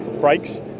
brakes